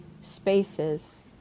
spaces